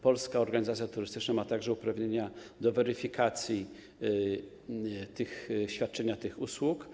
Polska Organizacja Turystyczna ma także uprawnienia do weryfikacji świadczenia tych usług.